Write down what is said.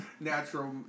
natural